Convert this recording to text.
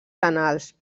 canals